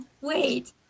Wait